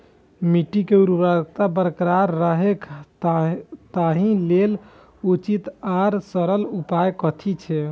मिट्टी के उर्वरकता बरकरार रहे ताहि लेल उचित आर सरल उपाय कथी छे?